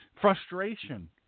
frustration